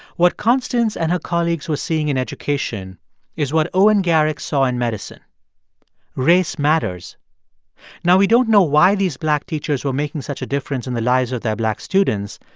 what constance and her colleagues were seeing in education is what owen garrick saw in medicine race matters now, we don't know why these black teachers were making such a difference in the lives of their black students,